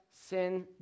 sin